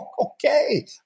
Okay